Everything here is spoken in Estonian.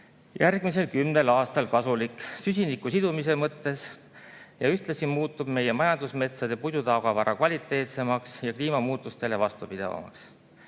järgmisel kümnel aastal kasulik süsiniku sidumise mõttes. Ühtlasi muutub meie majandusmetsade puidutagavara kvaliteetsemaks ja kliimamuutustele vastupidavamaks.